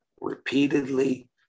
repeatedly